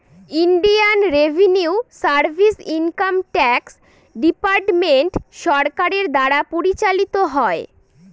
Indian revenue service income tax department সরকারের দ্বারা পরিচালিত হয়